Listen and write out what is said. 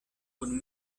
kun